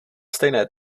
stejné